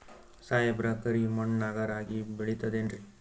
ಸಾಹೇಬ್ರ, ಕರಿ ಮಣ್ ನಾಗ ರಾಗಿ ಬೆಳಿತದೇನ್ರಿ?